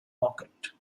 pocket